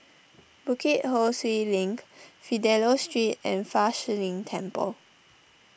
Bukit Ho Swee Link Fidelio Street and Fa Shi Lin Temple